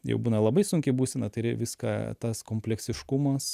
jau būna labai sunki būsena viską tas kompleksiškumas